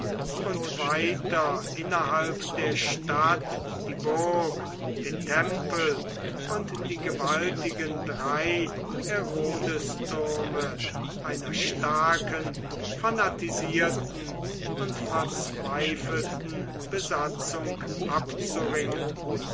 und weiter innerhalb der stadt die burg den tempel und die gewaltigen drei herodestürme einer starken fanatisierten und verzweifelten besatzung abzuringen